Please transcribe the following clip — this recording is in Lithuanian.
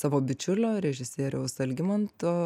savo bičiulio režisieriaus algimanto